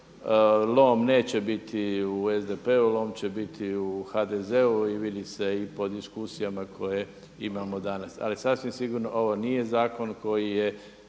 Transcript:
Lom neće biti u SDP-u, lom će biti u HDZ-u i vidi se i po diskusijama koje imamo danas. Ali sasvim sigurno ovo nije zakon koji je